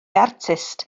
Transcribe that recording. artist